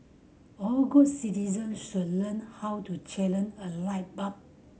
all good citizens should learn how to challenge a light bulb